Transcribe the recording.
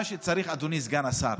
מה שצריך, אדוני סגן השר,